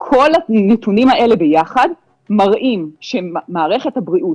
כל הנתונים האלה ביחד, מראים שמערכת הבריאות